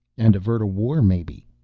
and avert a war, maybe,